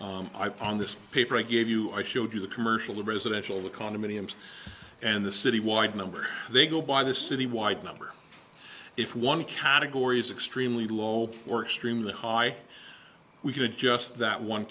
on this paper i gave you i showed you the commercial residential the condominiums and the city wide number they go by the city wide number if one category is extremely low or extremely high we did just that one